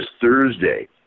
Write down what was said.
Thursday